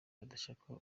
badashaka